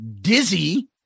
Dizzy